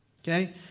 Okay